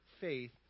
faith